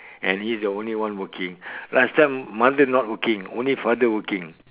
and he is the only one working last time mother not working only father working